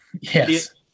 yes